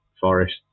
Forest